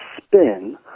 spin